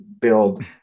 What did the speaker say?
build